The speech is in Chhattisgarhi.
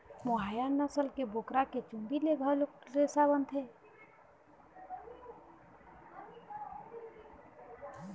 मोहायर नसल के बोकरा के चूंदी ले घलोक रेसा बनथे